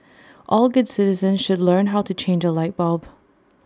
all good citizens should learn how to change A light bulb